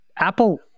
Apple